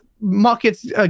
markets